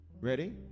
Ready